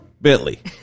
Bentley